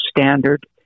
standard